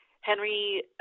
henry